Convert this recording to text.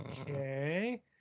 Okay